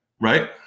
right